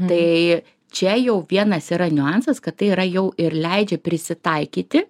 tai čia jau vienas yra niuansas kad tai yra jau ir leidžia prisitaikyti